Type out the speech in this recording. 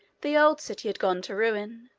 the old city had gone to ruin,